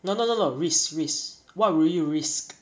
no no no no risk risk what would you risk